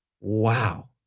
Wow